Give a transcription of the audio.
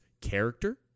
character